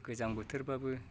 गोजां बोथोरबाबो